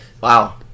Wow